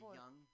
young